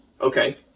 Okay